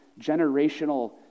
generational